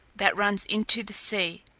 that runs into the sea,